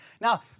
Now